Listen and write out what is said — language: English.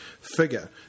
figure